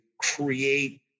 create